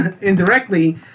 indirectly